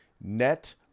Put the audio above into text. net